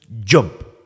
jump